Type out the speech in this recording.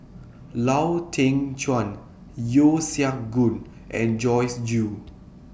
Lau Teng Chuan Yeo Siak Goon and Joyce Jue